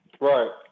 Right